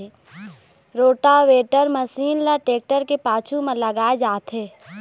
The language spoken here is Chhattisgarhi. रोटावेटर मसीन ल टेक्टर के पाछू म लगाए जाथे